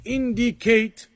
indicate